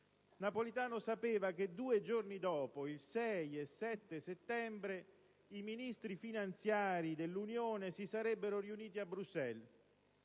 Napolitano sapeva che due giorni dopo, il 6 e il 7 settembre, i Ministri finanziari dell'Unione si sarebbero riuniti a Bruxelles